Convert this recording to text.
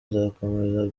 nzakomeza